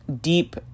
deep